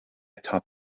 taught